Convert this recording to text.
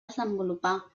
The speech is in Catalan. desenvolupar